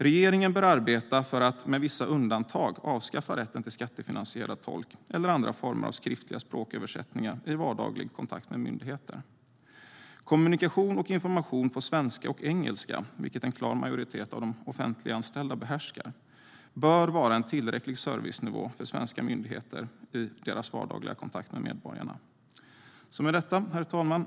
Regeringen bör arbeta för att, med vissa undantag, avskaffa rätten till skattefinansierad tolk eller andra former av skriftliga språköversättningar i vardaglig kontakt med myndigheter. Kommunikation och information på svenska och engelska, vilket en klar majoritet av de offentliganställda behärskar, bör vara en tillräcklig servicenivå för svenska myndigheter i deras vardagliga kontakter med medborgarna. Herr talman!